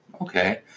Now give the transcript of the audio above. Okay